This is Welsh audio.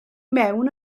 mewn